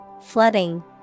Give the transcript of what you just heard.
flooding